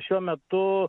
šiuo metu